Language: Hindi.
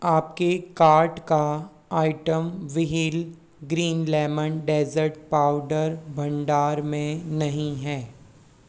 आपके कार्ट का item wheel green lemon desert powder भंडार में नहीं हैं